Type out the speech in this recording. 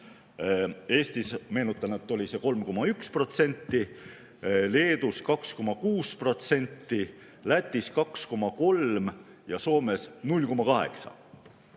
Eestis, meenutan, oli see 3,1%; Leedus 2,6%; Lätis 2,3% ja Soomes 0,8%.